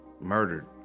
murdered